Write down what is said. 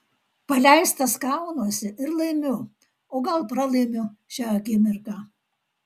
paleistas kaunuosi ir laimiu o gal pralaimiu šią akimirką